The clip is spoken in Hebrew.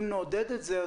אם נעודד את זה,